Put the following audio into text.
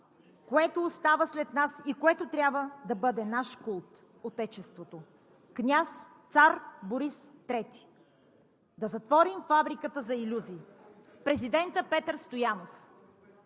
което остава след нас и което трябва да бъде наш култ – Отечеството!“ – княз цар Борис III. „Да затворим фабриката за илюзии!“ – президентът Петър Стоянов.